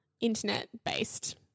internet-based